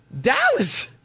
Dallas